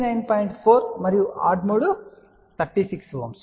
4 మరియు odd mode 36 ohm